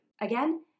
Again